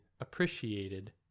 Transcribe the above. appreciated